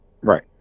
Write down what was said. Right